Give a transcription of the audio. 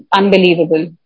unbelievable